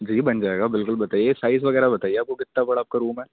جی بن جائے گا بالکل بتائیے سائز وغیرہ بتائیے آپ کو کتنا بڑا آپ کا روم ہے